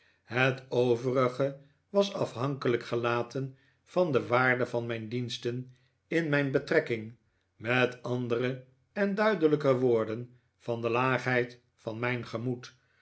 het overige was afhankelijk gelaten van de waarde van mijn diensten in mijn betrekking met andere en duidelijker woorden van de laagheid van mijn gemoed